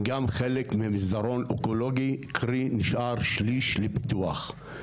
גם חלק ממסדרון אקולוגי, קרי, נשאר שליש לפיתוח.